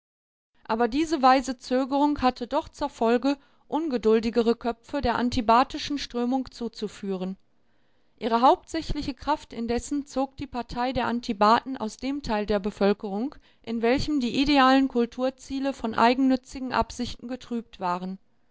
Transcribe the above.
aber diese weise zögerung hatte doch zur folge ungeduldigere köpfe der antibatischen strömung zuzuführen ihre hauptsächliche kraft indessen zog die partei der antibaten aus dem teil der bevölkerung in welchem die idealen kulturziele von eigennützigen absichten getrübt waren